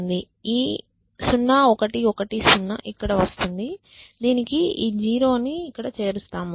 ఈ 0 1 1 0 ఇక్కడ వస్తుంది దీనికి ఈ 0 ని ఇక్కడ చేరుస్తాము